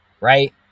right